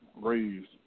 raised